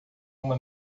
uma